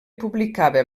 publicava